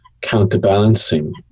counterbalancing